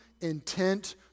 intent